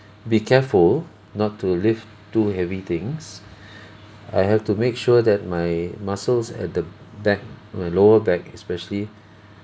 be careful not to lift too heavy things I have to make sure that my muscles at the back my lower back especially